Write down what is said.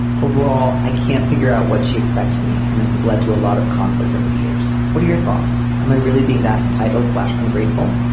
overall i can't figure out what she expects from me. and this has led to a lot of conflict over the years. what are your thoughts. am i really being that entitled slash ungrateful.